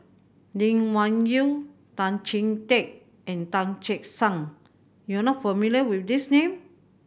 Lee Wung Yew Tan Chee Teck and Tan Che Sang you are not familiar with these name